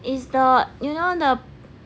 is the you know the